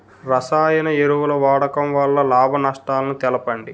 రసాయన ఎరువుల వాడకం వల్ల లాభ నష్టాలను తెలపండి?